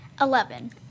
Eleven